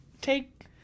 take